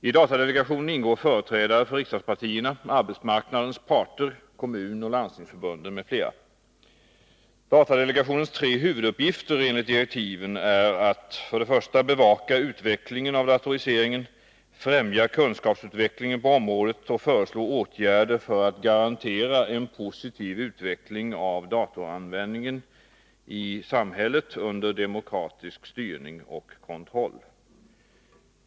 I datadelegationen ingår företrädare för riksdagspartierna, arbetsmarknadens parter, Kommunförbundet, Landstingsförbundet m.fl. Datadelegationens tre huvuduppgifter enligt direktiven är att 1. bevaka utvecklingen av datoriseringen, främja kunskapsutvecklingen på området och föreslå åtgärder för att garantera en positiv utveckling av datoranvändningen i samhället under demokratisk styrning och kontroll.